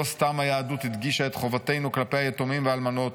"לא סתם היהדות הדגישה את חובתנו כלפי היתומים והאלמנות,